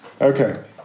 Okay